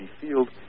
field